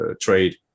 trade